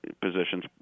positions